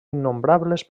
innombrables